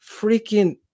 freaking